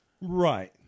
Right